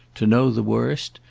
to know the worst,